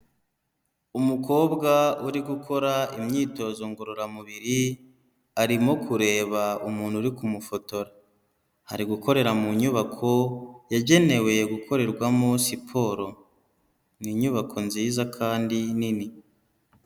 Umukobwa uri gukora imyitozo ngororamubiri, arimo kureba umuntu uri kumufotora, ari gukorera mu nyubako yagenewe gukorerwamo siporo, ni inyubako nziza kandi nini.